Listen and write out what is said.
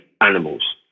animals